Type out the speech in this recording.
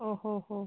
ഓ ഹോ ഹോ